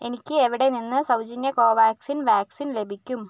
എനിക്ക് എവിടെ നിന്ന് സൗജന്യ കോവാക്സിൻ വാക്സിൻ ലഭിക്കും